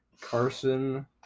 Carson